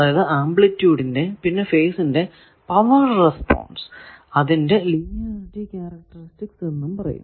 അതായതു ആംപ്ലിറ്റൂഡിന്റെ പിന്നെ ഫേസിന്റെ പവർ റെസ്പോൺസ് അതിനെ ലീനിയറിറ്റി ക്യാരക്റ്ററിസ്റ്റിക് എന്നും പറയും